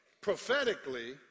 prophetically